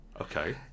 Okay